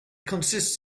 consists